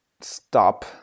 stop